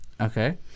Okay